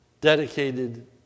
dedicated